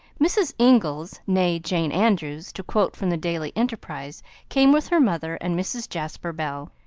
mrs. inglis nee jane andrews, to quote from the daily enterprise came with her mother and mrs. jasper bell.